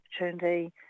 opportunity